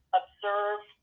observe